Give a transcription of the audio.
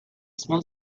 small